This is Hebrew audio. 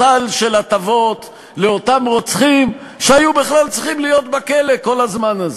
סל של הטבות לאותם רוצחים שהיו בכלל צריכים להיות בכלא כל הזמן הזה.